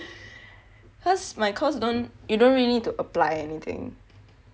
cause my course you don't you don't really need to apply anything